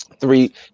Three